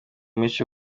menshi